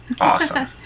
Awesome